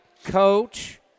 coach